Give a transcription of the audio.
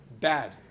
Bad